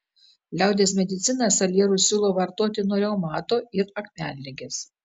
liaudies medicina salierus siūlo vartoti nuo reumato ir akmenligės